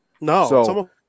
No